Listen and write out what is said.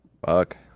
Fuck